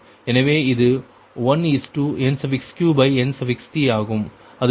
எனவே இது 1NqNt ஆகும்